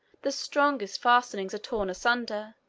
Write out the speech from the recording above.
the strongest fastenings are torn asunder,